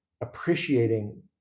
appreciating